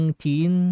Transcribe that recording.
teen